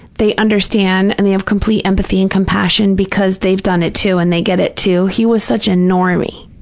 they understand and they have complete empathy and compassion because they've done it, too, and they get it, too. he was such a normie